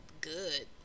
good